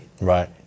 right